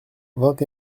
vingt